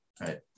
right